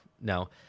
no